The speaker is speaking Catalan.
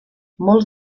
molts